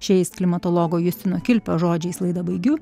šiais klimatologo justino kilpio žodžiais laidą baigiu